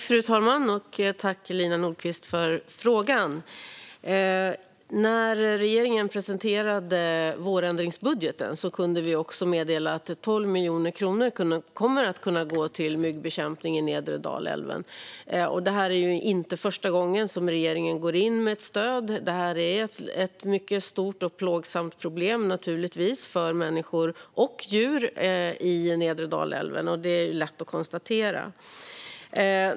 Fru talman! Tack, Lina Nordquist, för frågan! När regeringen presenterade vårändringsbudgeten kunde vi också meddela att 12 miljoner kronor kommer att kunna gå till myggbekämpning vid nedre Dalälven. Det är inte första gången regeringen går in med stöd. Detta är naturligtvis ett stort och plågsamt problem för människor och djur vid nedre Dalälven - det är lätt att konstatera.